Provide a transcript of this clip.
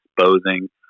exposing